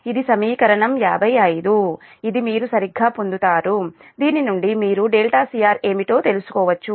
ఇది సమీకరణం 55 ఇది మీరు సరిగ్గా పొందుతారు దీని నుండి మీరు crఏమిటో తెలుసుకోవచ్చు